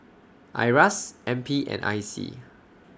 IRAS N P and I C